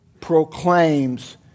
proclaims